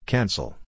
Cancel